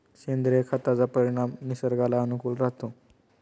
सेंद्रिय खताचा परिणाम निसर्गाला अनुकूल राहतो